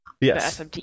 yes